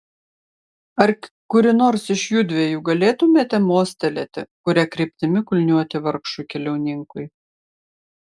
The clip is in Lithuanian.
ar kuri nors iš judviejų galėtumėte mostelėti kuria kryptimi kulniuoti vargšui keliauninkui